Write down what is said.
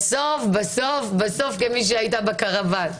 כמי שהייתה בקרוואן.